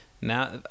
now